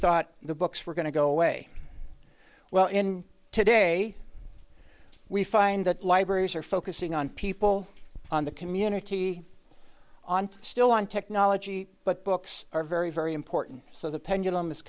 thought the books were going to go away well in today we find that libraries are focusing on people on the community on still on technology but books are very very important so the pendulum is